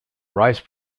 rice